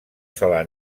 sola